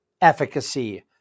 efficacy